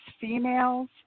females